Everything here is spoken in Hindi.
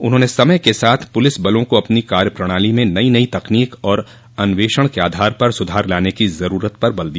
उन्होंने समय के साथ पुलिस बलों को अपनी कार्यप्रणाली में नई नई तकनीक और अन्वेषण के आधार पर सुधार लाने की जरूरत पर बल दिया